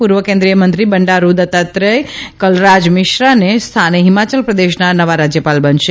પૂર્વ કેન્દ્રીય મંત્રી બંડારૂ દત્તાત્રથ કલરાજ મિશ્રાને સ્થાને હિમાચલ પ્રદેશના નવા રાજ્યપાલ બનશે